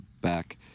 back